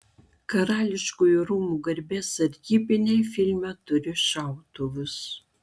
karališkųjų rūmų garbės sargybiniai filme turi šautuvus